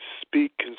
speak